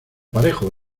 aparejo